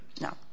no